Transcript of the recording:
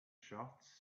shots